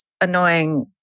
annoying